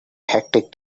hectic